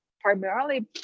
primarily